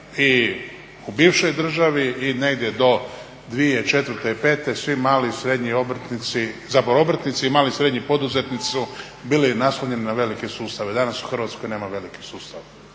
i u bivšoj državi i negdje do 2004., 2005. svi mali i srednji obrtnici, zapravo obrtnici i mali i srednji poduzetnici su bili naslonjeni na velike sustave. Danas u Hrvatskoj nema velikih sustava,